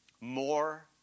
more